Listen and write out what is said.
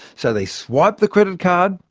so they swiped the credit card,